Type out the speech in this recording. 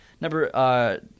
Number